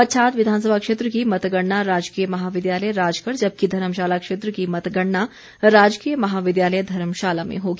पच्छाद विधानसभा क्षेत्र की मतगणना राजकीय महाविद्यालय राजगढ़ जबकि धर्मशाला क्षेत्र की मतगणना राजकीय महाविद्यालय धर्मशाला में होगी